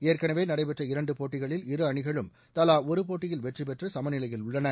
ஏற்கனவே நடைபெற்ற இரண்டு போட்டிகளில் இரு அணிகளும் தலா ஒரு போட்டியில் வெற்றிபெற்று சமநிலையில் உள்ளன